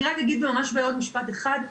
אני רק אגיד ממש בעוד משפט אחד.